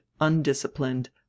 undisciplined